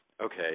Okay